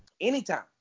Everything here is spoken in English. Anytime